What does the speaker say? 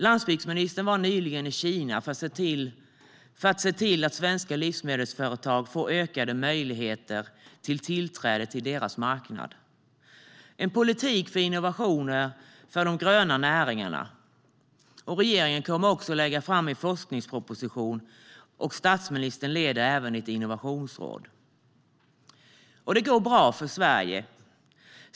Landsbygdsministern var nyligen i Kina för att se till att svenska livsmedelsföretag får ökade möjligheter till tillträde till deras marknad. Vi har en politik för innovationer för de gröna näringarna. Regeringen kommer också att lägga fram en forskningsproposition, och statsministern leder även ett innovationsråd. Det går bra för Sverige.